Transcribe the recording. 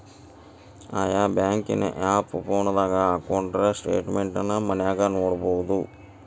ಆಯಾ ಬ್ಯಾಂಕಿನ್ ಆಪ್ ಫೋನದಾಗ ಹಕ್ಕೊಂಡ್ರ ಸ್ಟೆಟ್ಮೆನ್ಟ್ ನ ಮನ್ಯಾಗ ನೊಡ್ಬೊದು